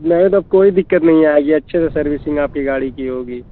नहीं तो कोई दिक्कत नहीं है ये अच्छे से सर्विसिंग आपकी गाड़ी की होगी